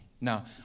Now